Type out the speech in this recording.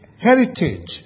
heritage